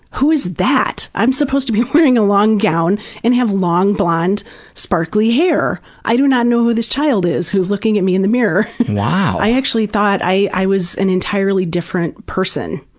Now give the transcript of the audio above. who is that? i'm supposed to be wearing a long gown and have long blond sparkly hair. i do not know who this child is who is looking at me in the mirror. i actually thought i i was an entirely different person.